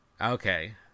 okay